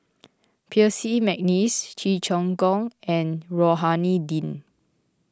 Percy McNeice Cheong Choong Kong and Rohani Din